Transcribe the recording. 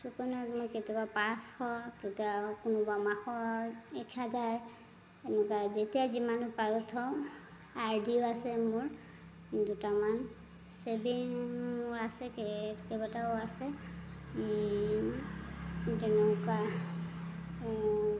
চুকন্যাত মই কেতিয়াবা পাঁচশ কেতিয়াবা কোনোবা মাহত এক হাজাৰ এনেকুৱা যেতিয়াই যিমানটো পাৰোঁ থওঁ আৰ ডিও আছে মোৰ দুটামান ছেভিং আছে মোৰ কেইবাটাও আছে তেনেকুৱা